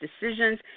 decisions